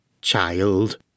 Child